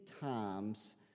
times